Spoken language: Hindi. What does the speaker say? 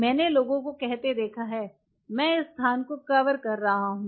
मैंने लोगों को कहते देखा है "मैं इस स्थान को कवर कर रहा हूं